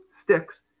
sticks